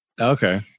Okay